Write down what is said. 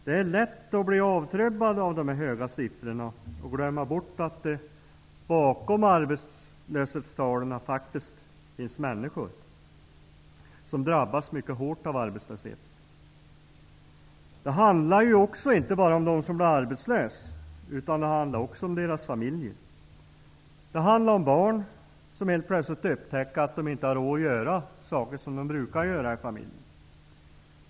Det är lätt att bli avtrubbad av dessa höga siffror och glömma bort att det bakom arbetslöshetstalen faktiskt finns människor som drabbas mycket hårt av arbetslösheten. Det handlar inte heller bara om dem som blir arbetslösa. Det handlar också om deras familjer. Det handlar om barn som helt plötsligt upptäcker att de inte har råd att göra saker som de brukar göra i familjen.